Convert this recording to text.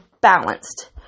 balanced